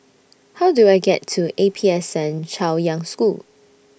How Do I get to A P S N Chaoyang School